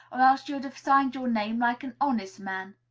or else you'd have signed your name like an honest man,